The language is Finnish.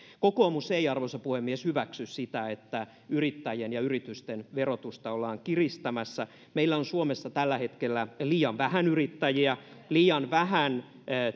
kokoomus ei arvoisa puhemies hyväksy sitä että yrittäjien ja yritysten verotusta ollaan kiristämässä meillä on suomessa tällä hetkellä liian vähän yrittäjiä liian vähän